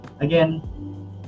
again